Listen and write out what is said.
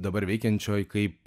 dabar veikiančioj kaip